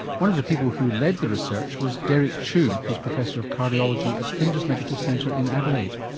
one of the people who led the research was derek chew, who's professor of cardiology at flinders medical centre in adelaide.